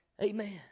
Amen